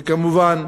וכמובן,